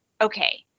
okay